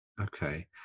okay